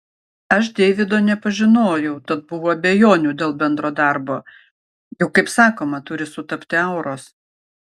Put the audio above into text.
aš deivido nepažinojau tad buvo abejonių dėl bendro darbo juk kaip sakoma turi sutapti auros